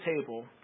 table